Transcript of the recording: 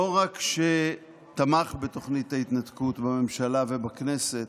לא רק שהוא תמך בתוכנית ההתנתקות בממשלה ובכנסת,